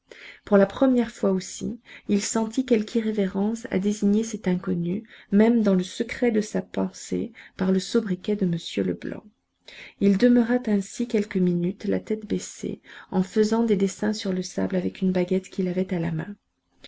pour la première fois aussi il sentit quelque irrévérence à désigner cet inconnu même dans le secret de sa pensée par le sobriquet de m leblanc il demeura ainsi quelques minutes la tête baissée et faisant des dessins sur le sable avec une baguette qu'il avait à la main